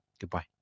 goodbye